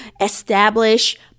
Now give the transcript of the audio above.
establish